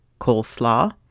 coleslaw